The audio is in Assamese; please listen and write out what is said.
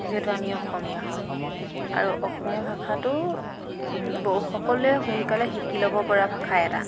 যিহেতু আমি অসমীয়া হয় আৰু অসমীয়া ভাষাটো সকলোৱে সোনকালে শিকি ল'ব পৰা ভাষা এটা